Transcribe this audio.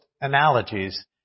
analogies